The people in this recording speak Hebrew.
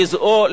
גזעו,